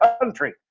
country